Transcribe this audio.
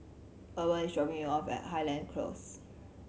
Urban is dropping me off at Highland Close